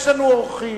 יש לנו אורחים,